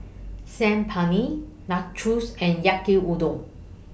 Saag Paneer Nachos and Yaki Udon